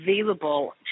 available